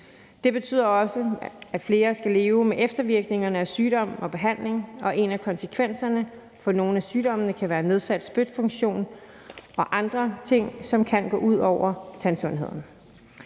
Det betyder også, at flere skal leve med eftervirkningerne af sygdommen og behandlingen, og en af konsekvenserne for nogle af sygdommene kan være en nedsat spytfunktion og andre ting, som kan gå ud over tandsundheden.